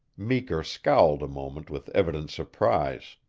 meeker scowled a moment with evident surprise.